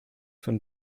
von